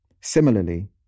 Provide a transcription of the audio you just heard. Similarly